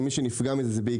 ומי שנפגע מזה זה,